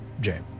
James